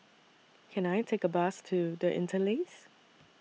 Can I Take A Bus to The Interlace